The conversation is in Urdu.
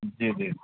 جی جی